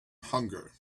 hunger